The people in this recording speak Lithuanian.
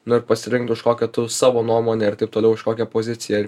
nu ir pasirinkt už kokią tu savo nuomonę ir taip toliau už kokią poziciją ir